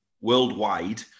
worldwide